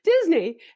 Disney